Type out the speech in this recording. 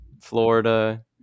Florida